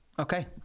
Okay